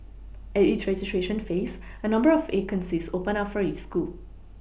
at each registration phase a number of vacancies open up for each school